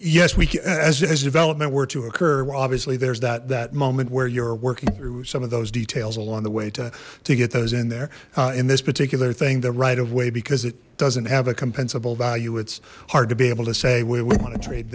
yes we as development were to occur obviously there's that that mom where you're working through some of those details along the way to to get those in there in this particular thing the right of way because it doesn't have a compensable value it's hard to be able to say we want to trade